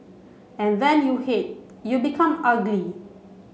and when you hate you become ugly